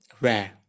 rare